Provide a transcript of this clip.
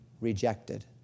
rejected